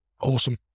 Awesome